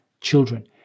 children